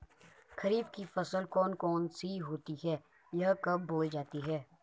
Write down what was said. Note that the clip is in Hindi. खरीफ की फसल कौन कौन सी होती हैं यह कब बोई जाती हैं?